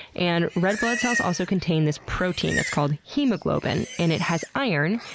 and red blood cells also contain this protein, it's called hemoglobin, and it has iron,